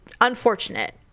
unfortunate